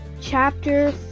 Chapter